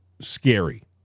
scary